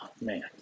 Man